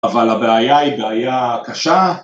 ‫אבל הבעיה היא בעיה קשה.